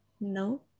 No